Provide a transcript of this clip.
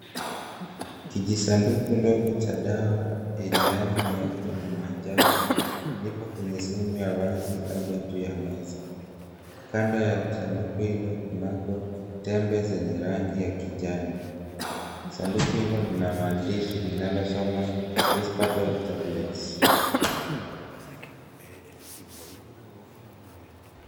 Kijisanduku ndogo cha dawa yenye rangi nyeupe na manjano vipo kwenye sehemu ya wazi labda juu ya meza kando ya sanduku hilo kunako tembe zenye rangi ya kijani, sanduku hilo lina maandishi linalosoma Prispadol Tablets.